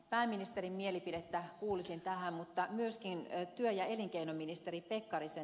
pääministerin mielipidettä kuulisin tähän mutta myöskin työ ja elinkeinoministeri pekkarisen